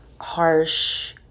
harsh